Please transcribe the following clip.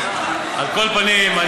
על כל פנים,